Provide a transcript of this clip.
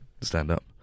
stand-up